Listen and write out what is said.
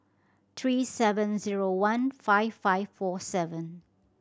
three seven zero one five five four seven